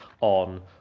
on